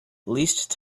least